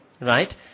right